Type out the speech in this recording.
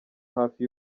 hafi